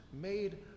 made